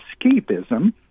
escapism